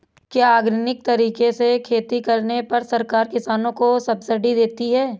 क्या ऑर्गेनिक तरीके से खेती करने पर सरकार किसानों को सब्सिडी देती है?